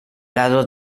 lado